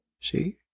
see